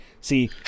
See